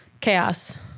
chaos